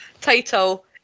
title